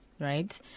right